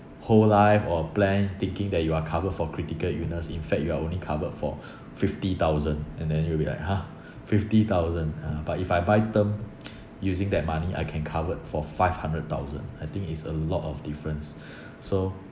whole life or plan thinking that you are covered for critical illness in fact you are only covered for fifty thousand and then you'll be like !huh! fifty thousand uh but if I buy term using that money I can covered for five hundred thousand I think it's a lot of difference so